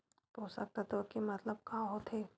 पोषक तत्व के मतलब का होथे?